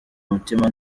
mutima